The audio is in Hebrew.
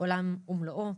עולם ומלואו.